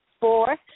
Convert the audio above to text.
Four